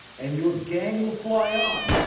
and your gang will fly on.